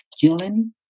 Gillen